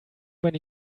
many